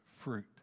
fruit